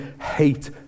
hate